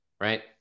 Right